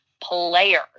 players